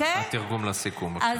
התרגום לסיכום, בבקשה.